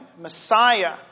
Messiah